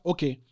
Okay